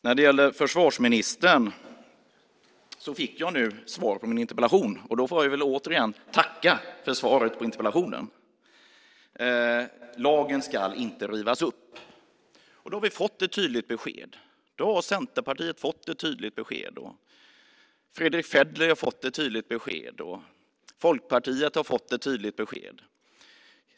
När det gäller försvarsministern fick jag nu svar på min interpellation, och då får jag väl återigen tacka för svaret på interpellationen: Lagen ska inte rivas upp. Därmed har vi fått ett tydligt besked. Centerpartiet har fått ett tydligt besked. Fredrick Federley har fått ett tydligt besked. Folkpartiet har fått ett tydligt besked.